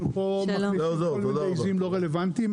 אנחנו פה --- לא רלוונטיים.